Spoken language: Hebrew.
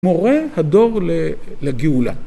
מורה הדור לגאולה.